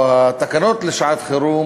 או התקנות לשעת-חירום,